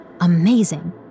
Amazing